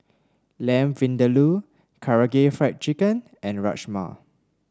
Lamb Vindaloo Karaage Fried Chicken and Rajma